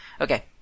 Okay